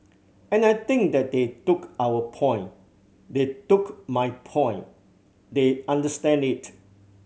and I think that they took our point they took my point they understand it